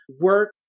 work